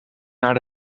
naar